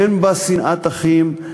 אין בה שנאת אחים,